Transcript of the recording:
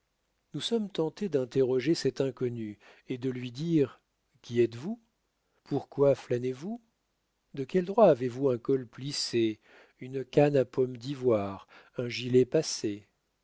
nous sommes tentés d'interroger cet inconnu et de lui dire qui êtes-vous pourquoi flânez vous de quel droit avez-vous un col plissé une canne à pomme d'ivoire un gilet passé